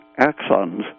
axons